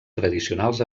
tradicionals